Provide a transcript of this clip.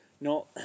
No